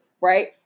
Right